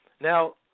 Now